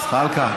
זחאלקה,